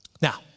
Now